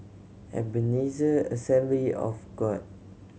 Ebenezer Assembly of God